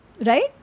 Right